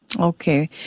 Okay